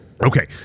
Okay